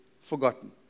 forgotten